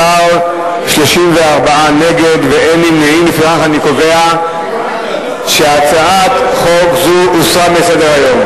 חריגים לפני הגשת בקשה לביצוע משכנתה),